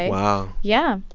wow yeah.